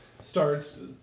starts